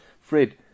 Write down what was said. Fred